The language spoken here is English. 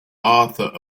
arthur